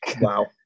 wow